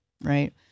right